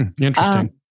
Interesting